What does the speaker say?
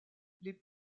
les